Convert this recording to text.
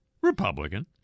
Republican